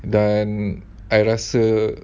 dan I rasa